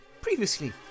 previously